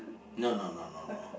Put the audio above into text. no no no no no